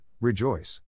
rejoice